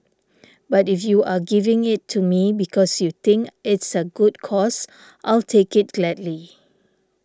but if you are giving it to me because you think it's a good cause I'll take it gladly